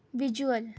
visual